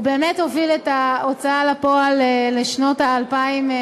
הוא באמת הוביל את ההוצאה לפועל לשנות ה-2000,